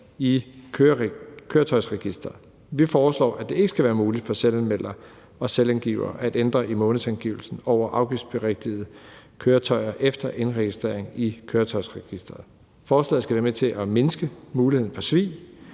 i Køretøjsregisteret. Vi foreslår, at det ikke skal være muligt for selvanmeldere og selvangivere at ændre i månedsangivelsen over afgiftsberigtigede køretøjer efter indregistrering i Køretøjsregisteret. Forslaget skal være med til at mindske muligheden for svig,